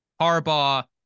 Harbaugh